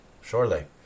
surely